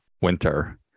winter